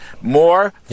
more